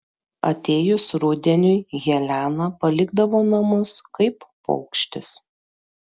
atėjus rudeniui helena palikdavo namus kaip paukštis